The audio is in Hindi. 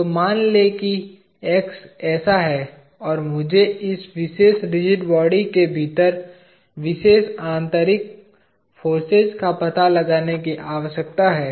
तो मान लें कि X ऐसा है और मुझे इस विशेष रिजिड बॉडी के भीतर विशेष आंतरिक फोर्सेज का पता लगाने की आवश्यकता है